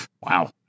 Wow